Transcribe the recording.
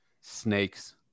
snakes